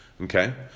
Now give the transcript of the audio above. okay